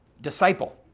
Disciple